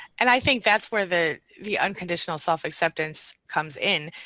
and i think that's where the the unconditional self-acceptance comes in,